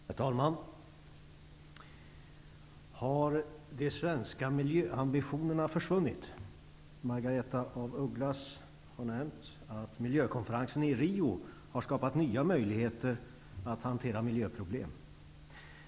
Herr talman! Har de svenska miljöambitionerna försvunnit? Margaretha af Ugglas har nämnt att miljökonferensen i Rio har skapat nya möjligheter att hantera miljöproblem.